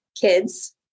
kids